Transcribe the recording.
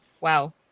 Wow